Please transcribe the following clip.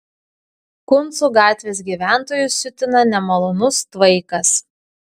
kuncų gatvės gyventojus siutina nemalonus tvaikas